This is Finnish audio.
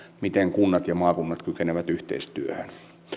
miten kunnat ja maakunnat kykenevät yhteistyöhön